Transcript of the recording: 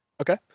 Okay